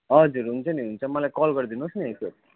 हजुर हुन्छ नि हुन्छ नि मलाई कल गरिदिनु होस् न एकखेप